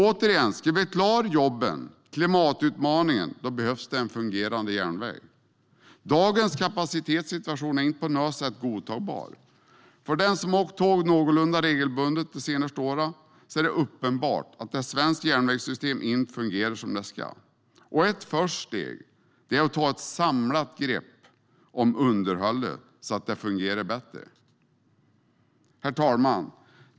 Återigen: Ska vi klara jobben och klimatutmaningen behövs det en fungerande järnväg. Dagens kapacitetssituation är inte på något sätt godtagbar. För den som har åkt tåg någorlunda regelbundet de senaste åren är det uppenbart att det svenska järnvägssystemet inte fungerar som det ska. Ett första steg är att ta ett samlat grepp om underhållet så att det fungerar bättre. Herr talman!